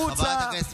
מירב בן ארי, החוצה.